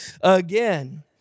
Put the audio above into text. again